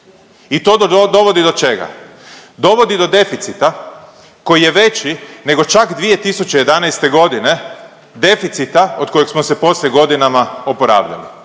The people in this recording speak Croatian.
i to dovodi do čega? Dovodi do deficita koji je veći nego čak 2011. g., deficita od kojeg smo se poslije godinama oporavljali,